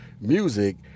music